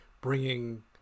bringing